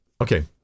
Okay